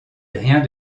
rien